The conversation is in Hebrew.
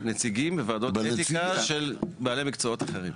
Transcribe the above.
אני מדבר על נציגים בוועדות אתיקה של בעלי מקצועות אחרים.